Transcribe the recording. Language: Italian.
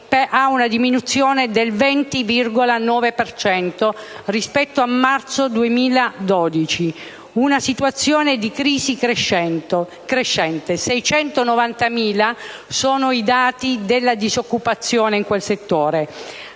una diminuzione del 20,9 per cento rispetto al marzo 2012 in una situazione di crisi crescente; 690.000 sono i dati della disoccupazione in quel settore,